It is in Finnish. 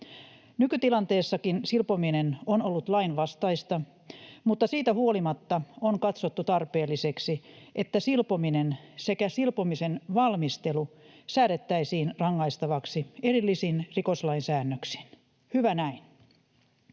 Nykytilanteessakin silpominen on ollut lainvastaista, mutta siitä huolimatta on katsottu tarpeelliseksi, että silpominen sekä silpomisen valmistelu säädettäisiin rangaistavaksi erillisin rikoslain säännöksin. Hyvä näin.